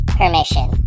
permission